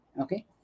okay